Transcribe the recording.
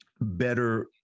better